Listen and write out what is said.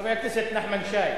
חבר הכנסת נחמן שי.